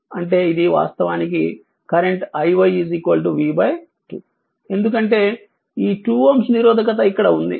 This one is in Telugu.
కాబట్టి ఇది వాస్తవానికి కరెంట్ iy v 2 ఎందుకంటే ఈ 2Ω నిరోధకత ఇక్కడ ఉంది